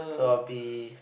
so I'd be